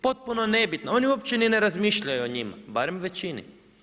Potpuno nebitna, oni uopće ni ne razmišljaju o njima, barem većini.